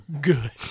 good